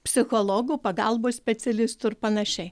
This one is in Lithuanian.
psichologų pagalbos specialistų ir panašiai